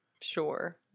Sure